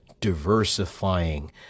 diversifying